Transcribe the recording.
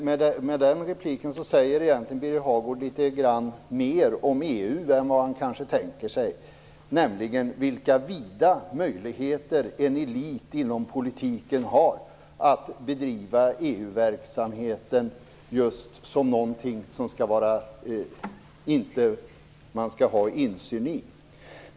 Herr talman! Med den repliken säger Birger Hagård egentligen litet mer om EU än han kanske tänkt sig, nämligen vilka vida möjligheter en elit inom politiken har att bedriva EU-verksamheten just som något som man inte skall ha insyn i.